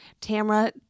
tamra